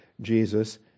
Jesus